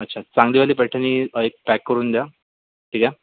अच्छा चांगलीवाली पैठणी एक पॅक करून द्या ठीक आहे